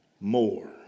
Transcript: more